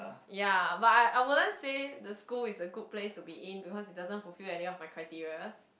ya but I I wouldn't say the school is a good place to be in because it doesn't fulfill any of my criterias